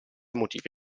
motivi